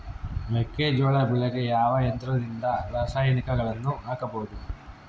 ಮೆಕ್ಕೆಜೋಳ ಬೆಳೆಗೆ ಯಾವ ಯಂತ್ರದಿಂದ ರಾಸಾಯನಿಕಗಳನ್ನು ಹಾಕಬಹುದು?